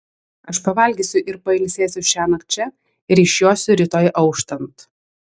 aš pavalgysiu ir pailsėsiu šiąnakt čia ir išjosiu rytoj auštant